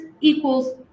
equals